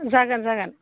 जागोन जागोन